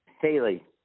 haley